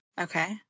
Okay